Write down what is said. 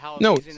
No